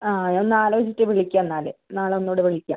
അ ആലോചിച്ചിട്ട് വിളിക്കാം എന്നാല് നാളെ ഒന്നൂടെ വിളിക്കാം